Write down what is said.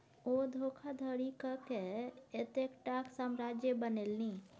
ओ धोखाधड़ी कय कए एतेकटाक साम्राज्य बनेलनि